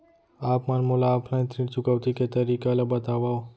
आप मन मोला ऑफलाइन ऋण चुकौती के तरीका ल बतावव?